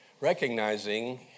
recognizing